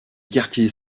quartiers